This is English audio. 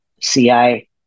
CI